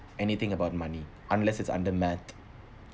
anything about the money unless it's under math